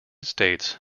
states